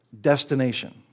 destination